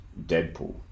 Deadpool